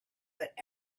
but